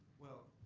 well,